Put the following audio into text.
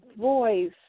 voice